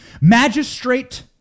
Magistrate